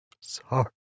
sorry